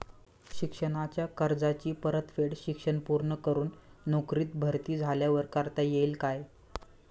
शिक्षणाच्या कर्जाची परतफेड शिक्षण पूर्ण करून नोकरीत भरती झाल्यावर करता येईल काय?